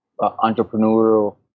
entrepreneurial